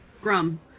Grum